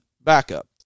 backup